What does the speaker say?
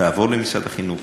תעבור למשרד החינוך